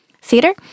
theater